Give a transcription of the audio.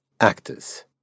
Actors